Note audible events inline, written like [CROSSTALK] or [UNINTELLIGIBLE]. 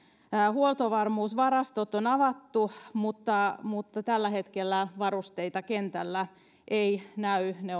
huoltovarmuusvarastot on avattu mutta mutta tällä hetkellä varusteita kentällä ei näy ne [UNINTELLIGIBLE]